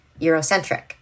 Eurocentric